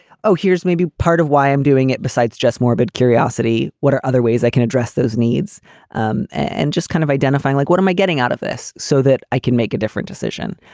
oh, here's maybe part of why i'm doing it. besides just morbid curiosity, what are other ways i can address those needs and just kind of identifying like what am i getting out of this so that i can make a different decision?